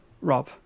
Rob